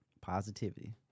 Positivity